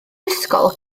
ysgol